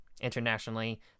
internationally